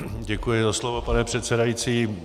Děkuji za slovo, pane předsedající.